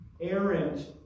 errant